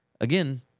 again